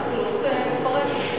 החקלאות מתפרקת.